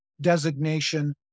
designation